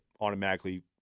automatically